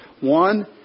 One